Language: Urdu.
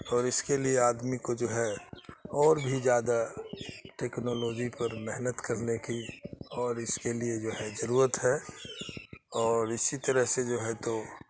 اور اس کے لیے آدمی کو جو ہے اور بھی زیادہ ٹیکنالوجی پر محنت کرنے کی اور اس کے لیے جو ہے ضرورت ہے اور اسی طرح سے جو ہے تو